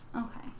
okay